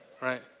Right